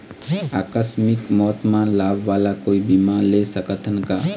आकस मिक मौत म लाभ वाला कोई बीमा ले सकथन का?